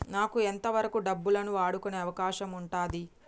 నాకు ఎంత వరకు డబ్బులను వాడుకునే అవకాశం ఉంటది?